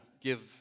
give